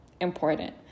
important